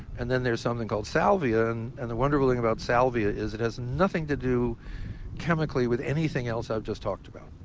and then there's something called salvia, and and the wonderful thing about salvia is it has nothing to do chemically with anything else i've just talked about.